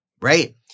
right